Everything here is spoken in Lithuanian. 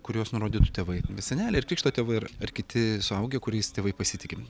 kuriuos nurodytų tėvai seneliai ar krikšto tėvai ar ar kiti suaugę kuriais tėvai pasitiki